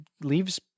leaves